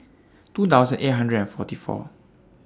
two thousand eight hundred and forty four